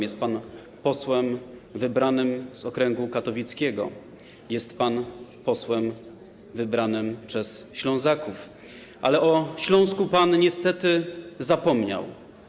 Jest pan posłem wybranym z okręgu katowickiego, jest pan posłem wybranym przez Ślązaków, ale o Śląsku pan niestety zapomniał.